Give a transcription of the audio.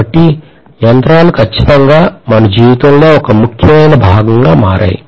కాబట్టి యంత్రాలు ఖచ్చితంగా మన జీవితంలో ఒక ముఖ్యమైన భాగంగా మారాయి